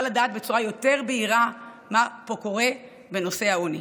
לדעת בצורה יותר בהירה מה קורה פה בנושא העוני.